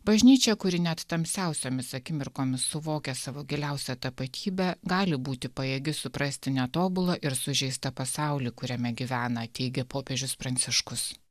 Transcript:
bažnyčia kuri net tamsiausiomis akimirkomis suvokia savo giliausią tapatybę gali būti pajėgi suprasti netobulą ir sužeistą pasaulį kuriame gyvena teigia popiežius pranciškus